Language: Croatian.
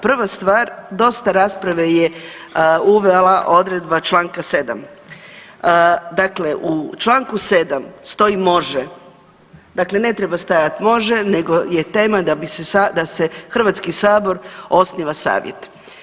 Prva stvar dosta rasprave je uvela odredba Članka 7. Dakle, u Članku 7. stoji može, dakle ne treba stajati može nego je tema da bi se, da se Hrvatski sabor osniva savjet.